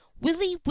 Willie